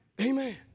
Amen